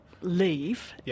Leave